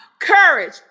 courage